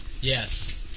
Yes